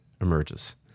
emerges